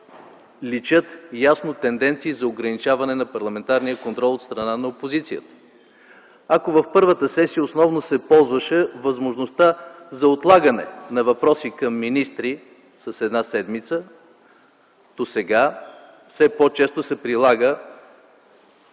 личат ясно тенденции за ограничаване на парламентарния контрол от страна на опозицията. Ако в първата сесия основно се ползваше възможността за отлагане на въпроси към министри с една седмица, то сега все по-често се прилага